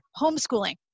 homeschooling